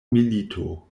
milito